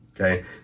okay